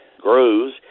Grows